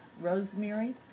Rosemary